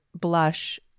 blush